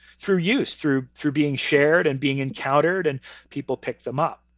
through use, through through being shared and being encountered and people picked them up.